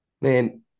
Man